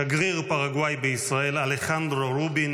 שגריר פרגוואי בישראל אלחנדרו רובין